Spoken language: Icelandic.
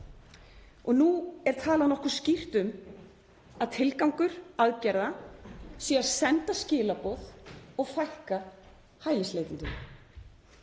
og nú er talað nokkuð skýrt um að tilgangur aðgerða sé að senda skilaboð og fækka hælisleitendum.